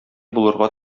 булырга